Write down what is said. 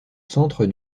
centre